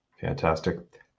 Fantastic